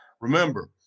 Remember